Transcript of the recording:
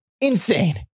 Insane